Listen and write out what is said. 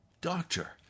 Doctor